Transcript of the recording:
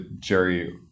Jerry